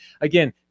again